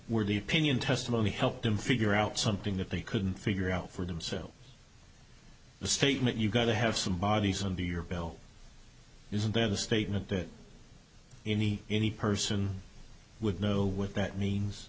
were the pinion testimony help them figure out something that they couldn't figure out for themselves the statement you've got to have some bodies under your belt use and then the statement that any any person would know what that means